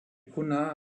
cunha